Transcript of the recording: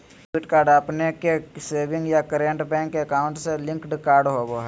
debit card अपने के savings या करंट बैंक अकाउंट से लिंक्ड कार्ड होबा हइ